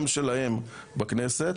נעשית עבודה גם שלהם בכנסת,